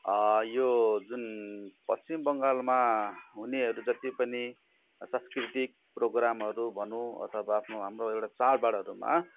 यो जुन पश्चिम बङ्गालमा हुनेहरू जति पनि सांस्कृतिक प्रोग्रामहरू भनौँ अथवा आफ्नो हाम्रो एउटा चाडबाडहरूमा